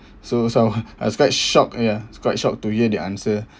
so some I was quite shock ya it's quite shocked to hear the answer